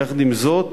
יחד עם זאת,